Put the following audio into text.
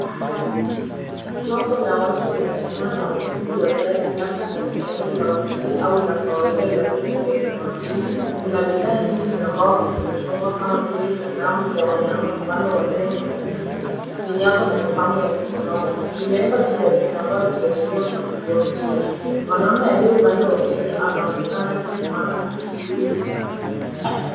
Soko la wazi la sanaa na ufundi wa jadi labda katika eneo la watalii au la kawaida la vitu vya kitamaduni, kuna bidhaa nyingi za mbao zilizochongwa kama vile sanamu za wanyama mfano wa tembo na twiga. Vinyago na mapambo ya mikononi, zimewekwa juu ya vitambaa vikiashiria mpangilio mzuri. Mwanaume aliye upande wa kushoto anaonekana akizipanga na kuziuza.